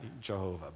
Jehovah